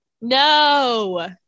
No